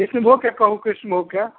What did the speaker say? कृष्णभोगके कहू कृष्णभोगके